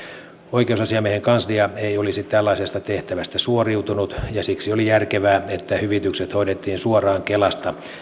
oikeusasiamiehen kanslia ei olisi tällaisesta tehtävästä suoriutunut ja siksi oli järkevää että hyvitykset hoidettiin suoraan kelasta